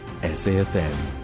SAFM